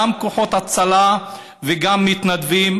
גם כוחות הצלה וגם מתנדבים,